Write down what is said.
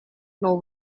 know